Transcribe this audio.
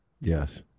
Yes